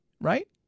right